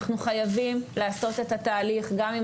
אנחנו חייבים לעשות את התהליך גם עם